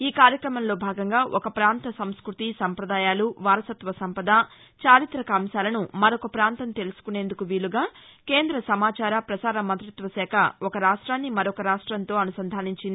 ఈ కార్యక్రమంలో భాగంగా ఒక పాంతం సంస్భృతి సంప్రదాయాలు వారసత్వ సంపద చారిత్రక అంశాలను మరొక పాంతం తెలుసుకునేందుకు వీలుగా కేంద్ర సమాచార ప్రసార మంగ్రత్వశాఖ ఒక రాష్టాన్ని మరొక రాష్ట్రంతో అనుసంధానించింది